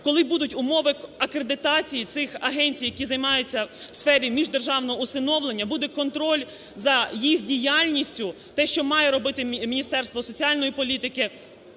коли будуть умови акредитації цих агенцій, які займаються у сфері міждержавного усиновлення, буде контроль за їх діяльністю, те, що має робити Міністерство соціальної політики,